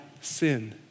sin